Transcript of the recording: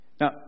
Now